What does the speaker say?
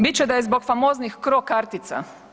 Bit će da je zbog famoznih cro-kartica.